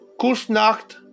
Kusnacht